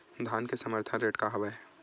धान के समर्थन रेट का हवाय?